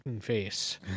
face